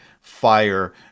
fire